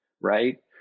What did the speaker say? right